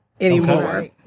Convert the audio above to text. anymore